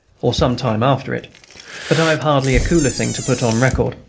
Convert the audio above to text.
or some time after it but i have hardly a cooler thing to put on record.